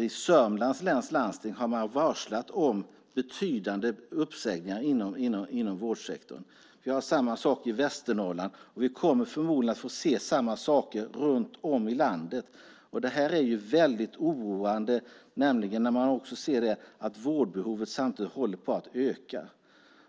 I Södermanlands läns landsting har man varslat om betydande uppsägningar inom vårdsektorn. Det är samma sak i Västernorrland, och vi kommer förmodligen att få se samma saker runt om i landet. Det är mycket oroande eftersom vårdbehovet samtidigt håller på att öka.